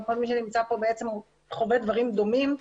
כל מי שנמצא פה בעצם חווה דברים דומים.